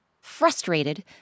Frustrated